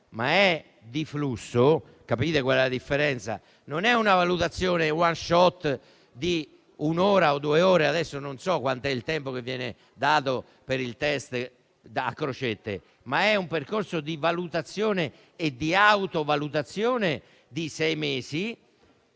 ma di flusso. Capite qual è la differenza? Non è una valutazione *one shot* di un'ora o due ore - non so quant'è ora il tempo che viene dato per il test da crocette - ma è un percorso di valutazione e di autovalutazione di sei mesi,